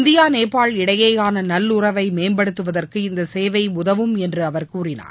India Nepal இடையேயான நல்லுறவை மேம்படுத்துவதற்கு இந்த சேவை உதவும் என்று அவர் கூறினார்